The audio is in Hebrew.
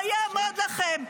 לא יעמוד לכם.